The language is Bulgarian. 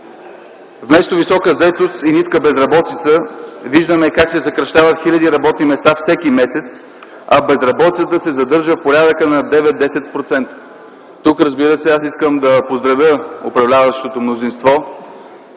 Вместо висока заетост и ниска безработица, виждаме как се съкращават хиляди работни места всеки месец, а безработицата се задържа в порядъка на 9-10%. Тук, разбира се, аз искам да поздравя управляващото мнозинство